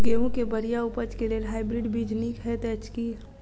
गेंहूँ केँ बढ़िया उपज केँ लेल हाइब्रिड बीज नीक हएत अछि की?